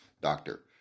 doctor